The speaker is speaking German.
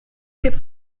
gibt